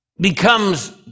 becomes